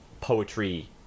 poetry